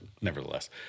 nevertheless